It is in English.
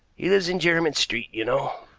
he lives in jermyn street, you know.